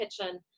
kitchen